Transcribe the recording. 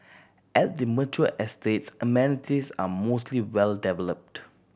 at the mature estates amenities are mostly well developed